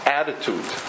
attitude